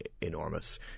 enormous